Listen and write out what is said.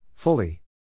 Fully